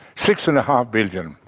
six-and-a-half billion.